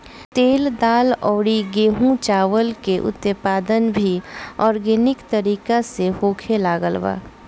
तेल, दाल अउरी गेंहू चावल के उत्पादन भी आर्गेनिक तरीका से होखे लागल बा